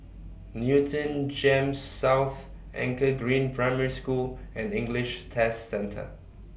Newton Gems South Anchor Green Primary School and English Test Centre